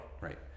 right